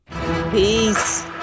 Peace